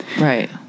Right